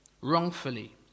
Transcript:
wrongfully